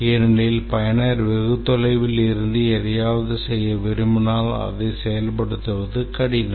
ஏனெனில் பயனர் வெகு தொலைவில் இருந்து எதையாவது செய்ய விரும்பினால் அதை செயல்படுத்துவது கடினம்